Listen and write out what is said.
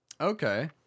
Okay